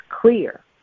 clear